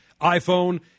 iPhone